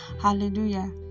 hallelujah